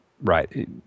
right